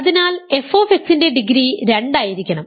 അതിനാൽ f ന്റെ degree രണ്ടായിരിക്കണം